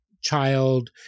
child